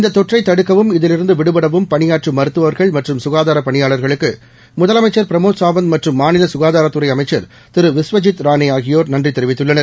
இந்தத்தொற்றைத்தடுக்கவும்அதில்இருந்துவிடுபடவும்பணியாற்றும்மரு த்துவர்கள்மற்றும்சுகாதாரப்பணியாளர்களுக்குமுதலமைச்சர்பிரமோத்சா வந்த்மற்றும்மாநிலசுகாதாரத்துறைஅமைச்சர்திருவிஸ்வஜித்ராணேஆகி யோர்நன்றிதெரிவித்துள்ளனர்